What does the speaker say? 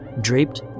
draped